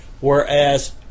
whereas